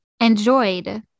enjoyed